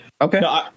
okay